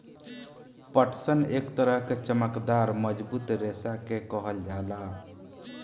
पटसन एक तरह के चमकदार मजबूत रेशा के कहल जाला